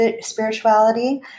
spirituality